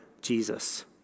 Jesus